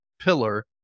pillar